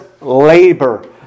labor